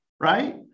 Right